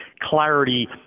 clarity